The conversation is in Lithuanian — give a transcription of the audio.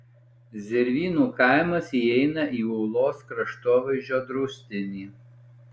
zervynų kaimas įeina į ūlos kraštovaizdžio draustinį